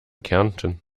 kärnten